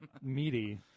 Meaty